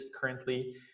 currently